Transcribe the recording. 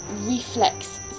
reflex